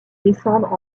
descendent